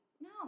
No